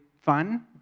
fun